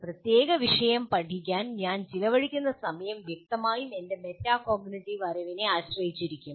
ഒരു പ്രത്യേക വിഷയം പഠിക്കാൻ ഞാൻ ചെലവഴിക്കുന്ന സമയം വ്യക്തമായും എന്റെ മെറ്റാകോഗ്നിറ്റീവ് അറിവിനെ ആശ്രയിച്ചിരിക്കും